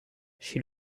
she